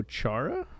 Chara